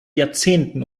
jahrzehnten